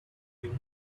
you